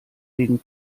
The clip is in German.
wegen